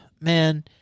man